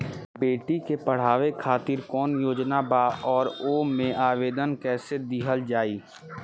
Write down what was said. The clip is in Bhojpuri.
बेटी के पढ़ावें खातिर कौन योजना बा और ओ मे आवेदन कैसे दिहल जायी?